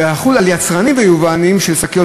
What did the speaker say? שיחול על יצרנים ויבואנים של שקיות,